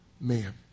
man